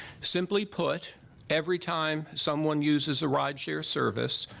simply put every time someone uses a ride share service.